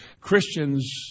Christians